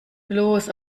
bloß